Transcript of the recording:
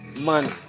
money